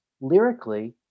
lyrically